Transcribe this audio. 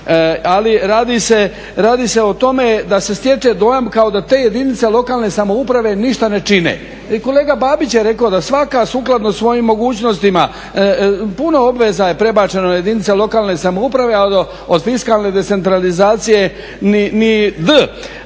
Ali radi se o tome da se stječe dojam kao da te jedinice lokalne samouprave ništa ne čine. I kolega Babić je rekao da svaka sukladno svojim mogućnostima puno obveza je prebačeno na jedinice lokalne samouprave ali od fiskalne decentralizacije ni d.